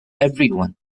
everyone